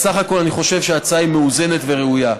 בסך הכול אני חושב שההצעה מאוזנת וראויה.